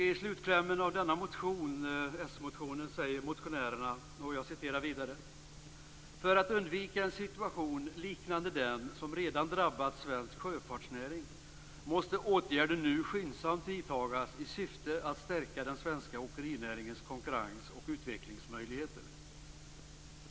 I slutklämmen av denna s-motion säger motionärerna: "För att undvika en situation liknande den som redan drabbat svensk sjöfartsnäring, måste åtgärder nu skyndsamt vidtagas i syfte att stärka den svenska åkerinäringens konkurrens och utvecklingsmöjligheter.